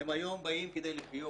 הם היום באים כדי לחיות.